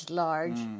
large